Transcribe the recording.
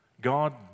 God